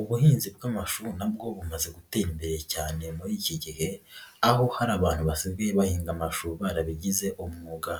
Ubuhinzi bw'amashuri na bwo bumaze gute imbere cyane muri iki gihe aho hari abantu basigaye bahinga amashuri barabigize umwuga